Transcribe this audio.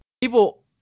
People